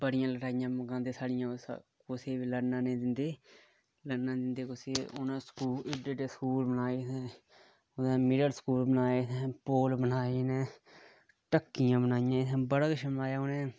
बड़ी लड़ाइयां मुकांदे ओह् साढ़ियां कुसै गी बी लड़ना ना नीं दिंदै उनें मिडल स्कूल बनाए पुल बनाए ढक्कियां बनाइयां बड़ा किश बनाया उनें